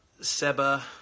Seba